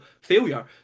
failure